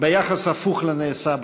ביחס הפוך לנעשה בה.